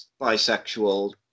bisexual